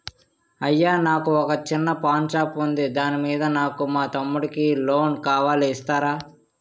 అయ్యా నాకు వొక చిన్న పాన్ షాప్ ఉంది దాని మీద నాకు మా తమ్ముడి కి లోన్ కావాలి ఇస్తారా?